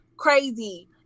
Crazy